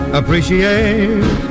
appreciate